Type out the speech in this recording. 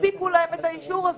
והנפיקו להם את אישור הזה.